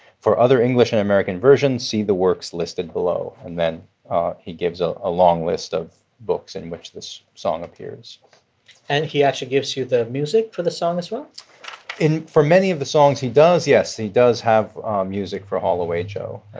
for other english and american versions, see the works listed below and then he gives ah a long list of books in which this song appears and he actually gives you the music for the song as well in for many of the songs, he does, yes. he does have music for haul away joe